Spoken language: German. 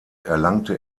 erlangte